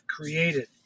created